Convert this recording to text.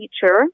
teacher